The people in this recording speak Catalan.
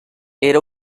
era